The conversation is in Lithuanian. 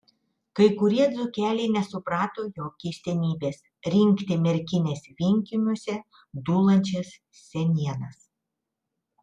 kai kurie dzūkeliai nesuprato jo keistenybės rinkti merkinės vienkiemiuose dūlančias senienas